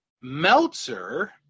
Meltzer